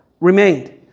remained